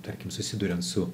tarkim susiduriant su